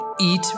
Eat